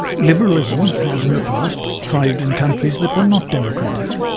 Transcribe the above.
liberalism has in the past thrived in countries that were not democratic,